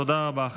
תודה רבה.